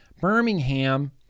Birmingham